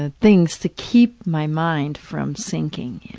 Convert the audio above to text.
ah things to keep my mind from sinking,